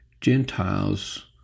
Gentiles